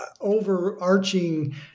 overarching